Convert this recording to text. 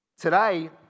Today